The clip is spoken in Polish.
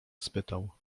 spytał